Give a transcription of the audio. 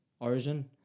origin